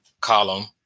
column